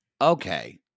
okay